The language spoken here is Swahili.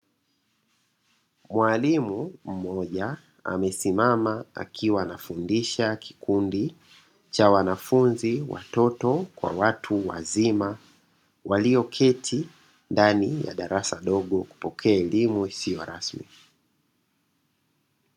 Mwalimu mmoja amesimama akiwa anafundisha kikundi cha wanafunzi watoto kwa watu wazima, waliyoketi ndani ya darasa dogo kupokea elimu isiyo rasmi.